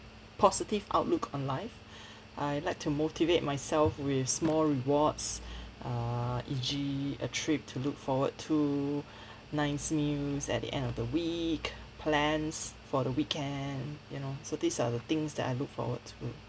positive outlook on life I like to motivate myself with small rewards err E_G a trip to look forward to nice meals at the end of the week plans for the weekend you know so these are the things that I look forward to